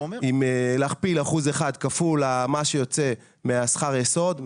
להכפיל אחוז אחד כפול מה שיוצא משכר היסוד,